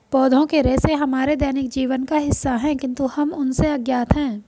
पौधों के रेशे हमारे दैनिक जीवन का हिस्सा है, किंतु हम उनसे अज्ञात हैं